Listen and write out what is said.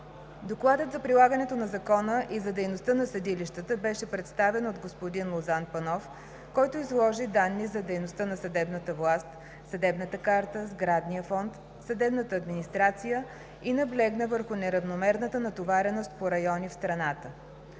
Докладът за прилагането на закона и за дейността на съдилищата беше представен от господин Лозан Панов, който изложи данни за дейността на съдебната власт, съдебната карта, сградния фонд, съдебната администрация и наблегна върху неравномерната натовареност по райони в страната.